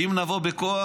אם נבוא בכוח,